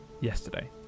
yesterday